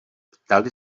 ptali